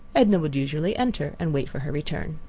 edna would usually enter and wait for her return.